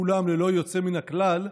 כולם ללא יוצא מן הכלל,